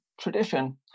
tradition